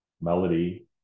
melody